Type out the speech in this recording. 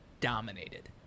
dominated